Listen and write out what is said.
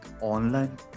online